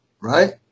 right